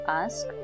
ask